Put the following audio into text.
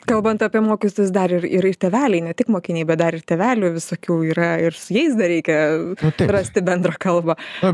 kalbant apie moktojus dar yra ir tėveliai ne tik mokiniai bet dar ir tėvelių visokių yra ir su jais dar reikia rasti bendrą kalbą